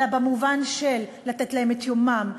אלא במובן של לתת להן את יומן,